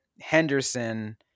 Henderson